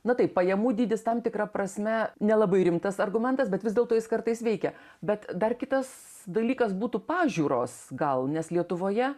na taip pajamų dydis tam tikra prasme nelabai rimtas argumentas bet vis dėlto jis kartais veikia bet dar kitas dalykas būtų pažiūros gal nes lietuvoje